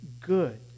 good